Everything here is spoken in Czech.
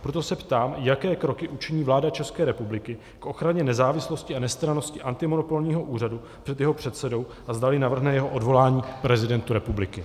Proto se ptám, jaké kroky učiní vláda České republiky k ochraně nezávislosti a nestrannosti antimonopolního úřadu, jehož je předsedou, a zdali navrhne jeho odvolání prezidentu republiky.